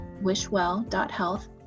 wishwell.health